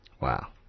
Wow